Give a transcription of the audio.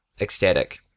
ecstatic